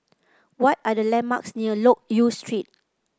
what are the landmarks near Loke Yew Street